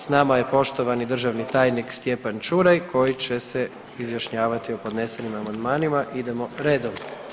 S nama je poštovani državni tajnik Stjepan Čuraj koji će se izjašnjavati o podnesenim amandmanima, idemo redom.